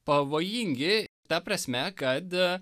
pavojingi ta prasme kad a